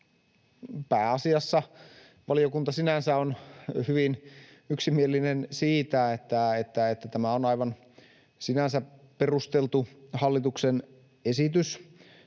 Pääasiassa valiokunta sinänsä on hyvin yksimielinen siitä, että tämä on sinänsä aivan perusteltu hallituksen esitys,